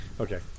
Okay